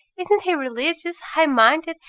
isn't he religious, high-minded,